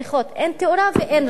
אין תאורה ואין רמזורים.